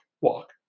walk